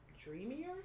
Dreamier